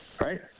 Right